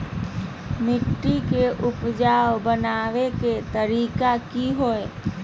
मिट्टी के उपजाऊ बनबे के तरिका की हेय?